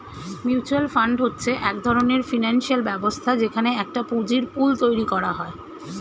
mutual fund হচ্ছে এক ধরণের ফিনান্সিয়াল ব্যবস্থা যেখানে একটা পুঁজির পুল তৈরী করা হয়